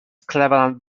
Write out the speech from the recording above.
cleveland